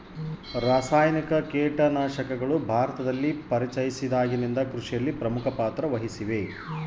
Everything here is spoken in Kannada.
ರಾಸಾಯನಿಕ ಕೇಟನಾಶಕಗಳು ಭಾರತದಲ್ಲಿ ಪರಿಚಯಿಸಿದಾಗಿನಿಂದ ಕೃಷಿಯಲ್ಲಿ ಪ್ರಮುಖ ಪಾತ್ರ ವಹಿಸಿವೆ